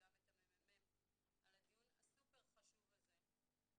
וגם את הממ"מ על הדיון הסופר חשוב הזה.